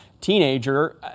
teenager